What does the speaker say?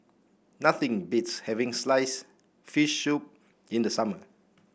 nothing beats having slice fish soup in the summer